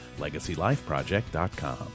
LegacyLifeProject.com